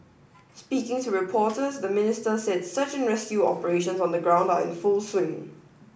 speaking to reporters the Minister said search and rescue operations on the ground are in full swing